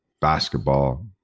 basketball